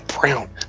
brown